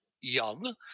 young